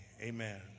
Amen